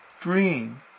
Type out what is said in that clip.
dream